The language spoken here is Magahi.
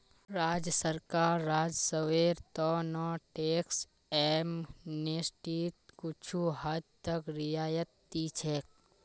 राज्य सरकार राजस्वेर त न टैक्स एमनेस्टीत कुछू हद तक रियायत दी छेक